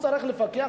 צריך לפקח,